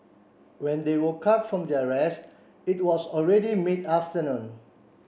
when they woke up from their rest it was already mid afternoon